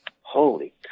Holy